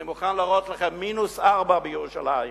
אני מוכן להראות לכם, מינוס ארבע בירושלים,